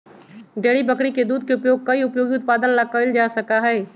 dairy बकरी के दूध के उपयोग कई उपयोगी उत्पादन ला कइल जा सका हई